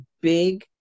big